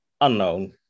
unknown